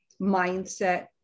mindset